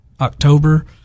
October